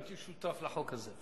הייתי שותף לחוק הזה.